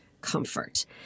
comfort